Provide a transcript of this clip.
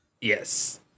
Yes